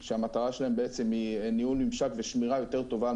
שהמטרה שלהם היא ניהול ממשק ושמירה יותר טובה על